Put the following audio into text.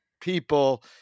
people